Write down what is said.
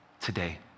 today